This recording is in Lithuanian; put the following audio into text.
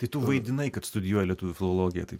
tai tu vaidinai kad studijuoji lietuvių filologiją taip